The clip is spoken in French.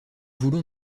voulons